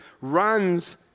runs